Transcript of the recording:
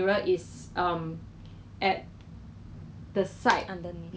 okay 它不是一个 professional baker but 他有教我怎么 make 他的